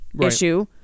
issue